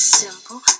simple